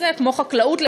כמו חקלאות,